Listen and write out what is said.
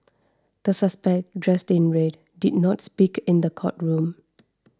the suspect dressed in red did not speak in the courtroom